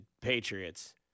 Patriots